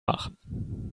machen